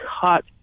cut